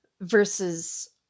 versus